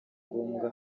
ngombwa